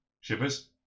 Shippers